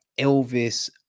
Elvis